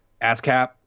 ASCAP